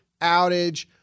outage